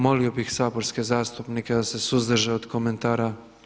Molio bih saborske zastupnike da se suzdrže od komentara.